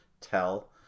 tell